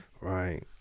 Right